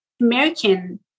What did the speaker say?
American